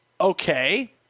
Okay